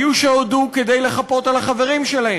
היו שהודו כדי לחפות על החברים שלהם,